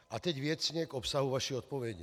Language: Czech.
A teď věcně k obsahu vaší odpovědi.